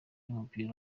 w’umupira